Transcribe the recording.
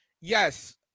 yes